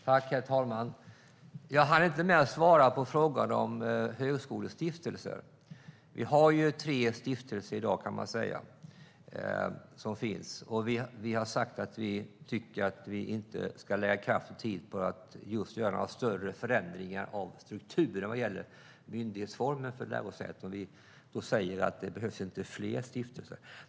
Herr talman! Jag hann inte med att svara på frågan om högskolestiftelser. Vi har ju tre stiftelser i dag, kan man säga, och vi har sagt att vi inte tycker att vi ska lägga kraft och tid på att göra några större förändringar av strukturen vad gäller myndighetsformen för lärosäten. Vi säger att det inte behövs fler stiftelser.